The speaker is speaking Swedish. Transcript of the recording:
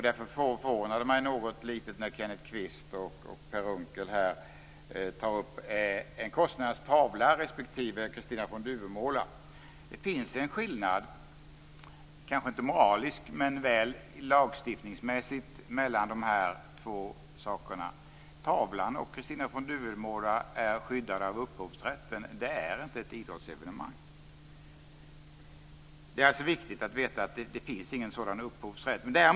Därför förvånar det mig när Kenneth Kvist och Per Unckel tar upp en konstnärs tavla respektive Kristina från Duvemåla. Det finns en skillnad, kanske inte moraliskt men väl lagstiftningsmässigt mellan de här två sakerna. Tavlan och Kristina från Duvemåla är skyddade av upphovsrätten. Det är inte ett idrottsevenemang. Det är viktigt att veta att det inte finns någon sådan upphovsrätt där.